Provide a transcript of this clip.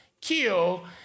kill